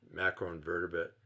macroinvertebrate